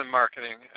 marketing